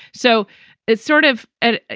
so it's sort of a,